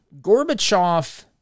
Gorbachev